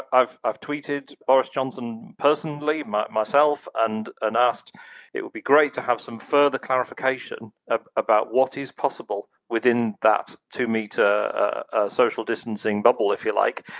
i've i've tweeted boris johnson personally ah myself and and asked it would be great to have some further clarification ah about what is possible within that two-metre ah social distancing bubble, if you like,